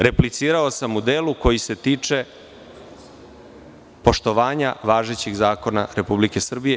Replicirao sam u delu koji se tiče poštovanja važećeg zakona Republike Srbije.